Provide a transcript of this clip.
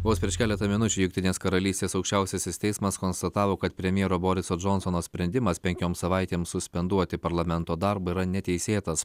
vos prieš keletą minučių jungtinės karalystės aukščiausiasis teismas konstatavo kad premjero boriso džonsono sprendimas penkioms savaitėms suspenduoti parlamento darbą yra neteisėtas